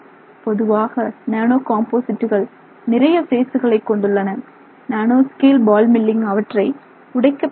பொதுவாக நானோ காம்போசிட்டுகள் நிறைய பேஸுகளை கொண்டுள்ளன நானோஸ்கேல் பால் மில்லிங் அவற்றை உடைக்க பயன்படுகிறது